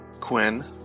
Quinn